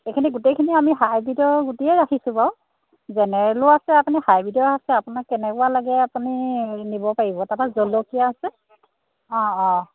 এইখিনি গোটেইখিনি আমি হাইব্ৰিডৰ গুটিয়ে ৰাখিছোঁ বাৰু জেনেৰেলো আছে আপুনি হাইব্ৰ্ৰিডৰ আছে আপোনাক কেনেকুৱা লাগে আপুনি নিব পাৰিব তাৰপৰা জলকীয়া আছে অঁ অঁ